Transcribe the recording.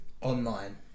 online